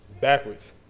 Backwards